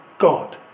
God